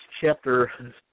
chapter